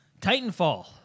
Titanfall